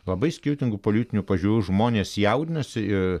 labai skirtingų politinių pažiūrų žmonės jaudinasi ir